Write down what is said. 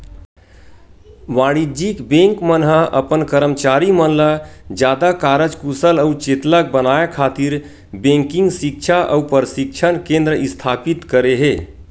वाणिज्य बेंक मन ह अपन करमचारी मन ल जादा कारज कुसल अउ चेतलग बनाए खातिर बेंकिग सिक्छा अउ परसिक्छन केंद्र इस्थापित करे हे